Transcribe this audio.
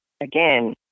Again